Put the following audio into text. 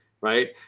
right